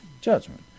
Judgment